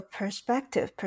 perspective